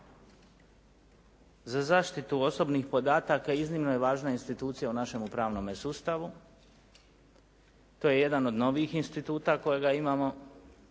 za zaštitu osobnih podataka iznimno je važna institucija u našem pravnom sustavu. To je jedan od novijih instituta kojeg imamo.